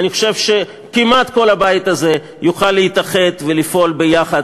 אני חושב שכמעט כל הבית הזה יוכל להתאחד ולפעול יחד,